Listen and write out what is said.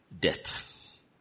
death